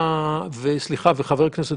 וחושבים